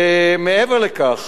מעבר לכך,